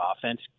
offense